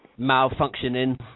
malfunctioning